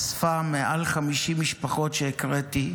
אספה מעל 50 משפחות שהקראתי